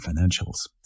financials